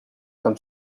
comme